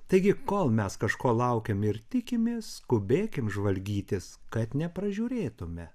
taigi kol mes kažko laukiam ir tikimės skubėkim žvalgytis kad nepražiūrėtume